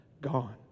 Gone